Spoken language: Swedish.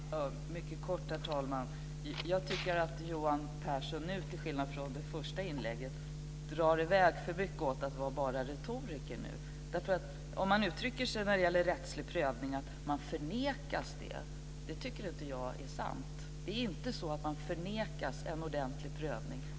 Herr talman! Jag ska vara mycket kortfattad. Jag tycker att Johan Pehrson nu till skillnad från i det första inlägg drar i väg för mycket åt att bara vara retoriker. Han uttrycker det som att dessa människor förnekas en rättslig prövning. Det tycker inte jag är sant. Det är inte så att de förnekas en ordentlig prövning.